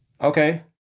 Okay